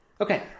Okay